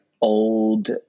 old